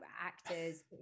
actors